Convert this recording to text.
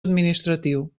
administratiu